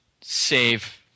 save